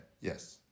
yes